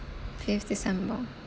fifth december